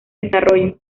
desarrollo